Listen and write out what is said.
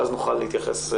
ואז נוכל להתייחס,